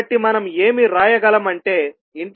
కాబట్టి మనం ఏమి వ్రాయగలం అంటే 0tisht λdλ